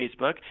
Facebook